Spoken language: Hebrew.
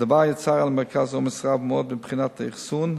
הדבר יצר על המרכז עומס רב מאוד מבחינת האחסון,